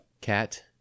cat